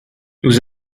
nous